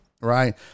right